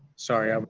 sorry, um